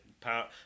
power